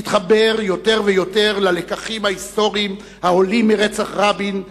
להתחבר יותר ויותר ללקחים ההיסטוריים העולים מרצח יצחק רבין,